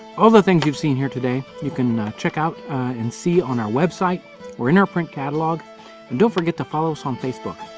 all the things you've seen here today you can check out and see on our website or in our print catalog and don't forget to follow us on facebook.